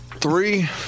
Three